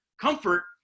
comfort